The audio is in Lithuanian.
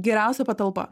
geriausia patalpa